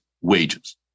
wages